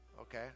Okay